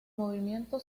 movimiento